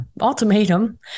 ultimatum